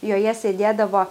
joje sėdėdavo